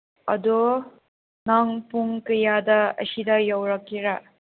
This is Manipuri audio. ꯑꯗꯣ ꯅꯪ ꯄꯨꯡ ꯀꯌꯥꯗ ꯑꯁꯤꯗ ꯌꯥꯎꯔꯛꯀꯦꯔꯥ